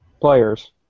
players